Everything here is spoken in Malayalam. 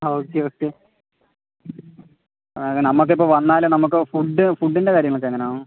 ആ ഓക്കെ ഓക്കെ ആ നമുക്കിപ്പോൾ വന്നാൽ നമുക്കിപ്പോൾ ഫുഡ് ഫുഡിൻ്റെ കാര്യങ്ങളൊക്കെ എങ്ങനാണ്